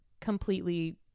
completely